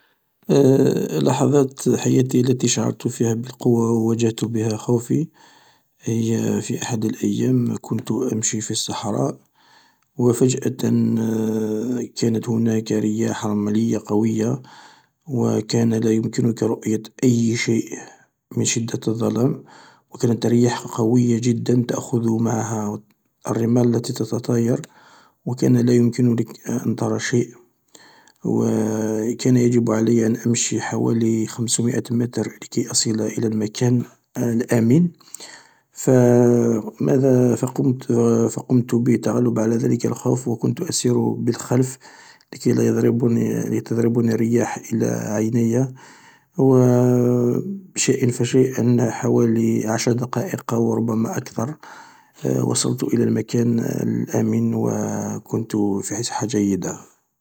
لحظات حياتي التي شعرت فيها بالقوة وواجهت بها خوفي هي في أحد الأيام كنت امشي في الصحراء و فجأة كانت هناك رياح رملية قوية و كان لا يمكنك رؤية أي شيء من شدة الظلام و كانت الرياح قوية جدا تأخذ معها الرمال التي تتطاير و كان لا يمكن لك أن ترى شيء و كان يجب علي أن أمشي حوالي خمس مئة متر لكي أصل إلى المكان الآمن فماذا فقمت بالتغلب على ذلك الخوف و كنت أسير بالخلف لكي لا يضربني تضربي الرياح إلى عيني و شيئا فشيئا حوالي عشر دقائق أو ربما أكثر وصلت إلى المكان الآمن و كنت في صحة جيدة.